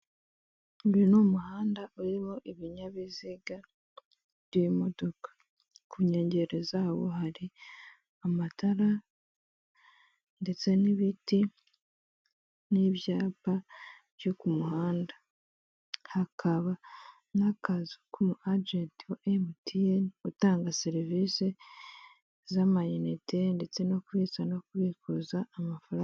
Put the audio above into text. Uyu ni umuhanda urimo ibinyabiziga by'imodoka ku nkengero zawo hari amatara ndetse n'ibiti n'ibyapa byo ku muhanda, hakaba n'akazu k'umwajenti utanga serivisi z'amayinite ndetse no kwitsa no kubikuza amafaranga.